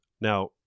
Now